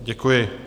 Děkuji.